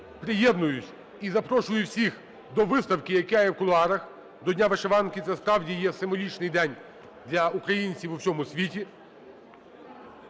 приєднуюсь і запрошую всіх до виставки, яка є в кулуарах до Дня вишиванки. Це справді є символічний день для українців у всьому світі.